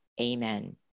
Amen